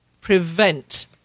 prevent